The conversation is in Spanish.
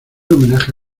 homenaje